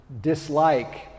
dislike